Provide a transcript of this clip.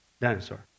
dinosaur